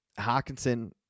Hawkinson